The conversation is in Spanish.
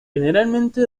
generalmente